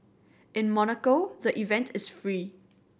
in Monaco the event is free